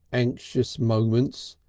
anxious moments.